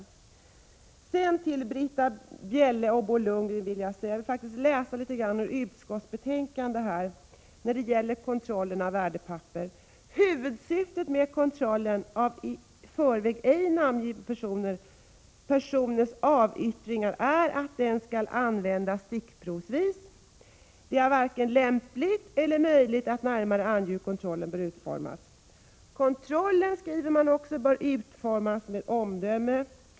När jag vänder mig till Britta Bjelle och Bo Lundgren vill jag nämna följande som står i utskottsbetänkandet när det gäller kontrollen av värdepapper: Huvudsyftet med kontrollen av i förväg ej namngivna personers avyttringar är att den skall användas stickprovsvis. Det är varken lämpligt eller möjligt att närmare ange hur kontrollen bör utformas. Kontrollen står det också, bör utformas med omdöme.